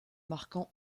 marquant